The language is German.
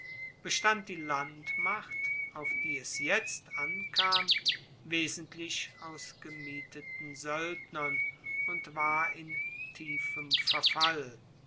bestand die landmacht auf die es jetzt ankam wesentlich aus gemieteten soeldnern und war in tiefem verfall